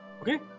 okay